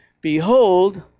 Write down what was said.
behold